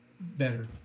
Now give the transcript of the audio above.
Better